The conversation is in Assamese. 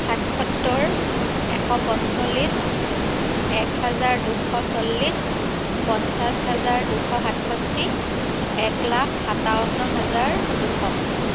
সাতসত্তৰ এশ পঞ্চলিছ এক হাজাৰ দুশ চল্লিছ পঞ্চাছ হাজাৰ দুশ সাতষষ্ঠী এক লাখ সাতাৱন্ন হাজাৰ দুশ